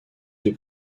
des